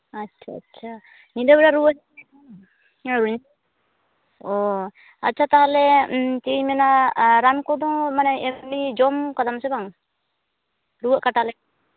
ᱟᱪᱪᱷᱟ ᱟᱪᱪᱷᱟ ᱧᱤᱫᱟᱹ ᱵᱮᱲᱟ ᱨᱩᱣᱟᱹ ᱚᱻ ᱟᱪᱪᱷᱟ ᱛᱟᱦᱚᱞᱮ ᱪᱮᱫ ᱤᱧ ᱢᱮᱱᱟ ᱨᱟᱱ ᱠᱚᱫᱚ ᱢᱟᱱᱮ ᱮᱢᱱᱤ ᱡᱚᱢ ᱠᱟᱫᱟᱢ ᱥᱮ ᱵᱟᱝ ᱨᱩᱣᱟᱹᱜ ᱠᱟᱴᱟᱜ ᱞᱮᱠᱟ